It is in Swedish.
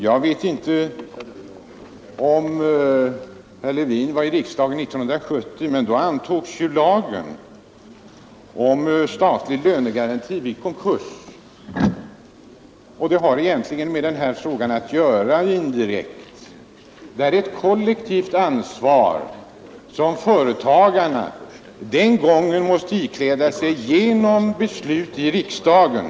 Jag vet inte om herr Levin var ledamot av riksdagen 1970, men då antogs lagen om statlig lönegaranti vid konkurs, och den har indirekt med den här frågan att göra. Det var ett kollektivt ansvar som företagarna den gången måste ikläda sig genom beslut i riksdagen.